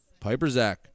Piperzak